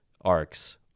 arcs